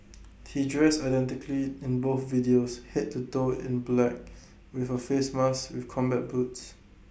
he dressed identically in both videos Head to toe in black with A face mask and combat boots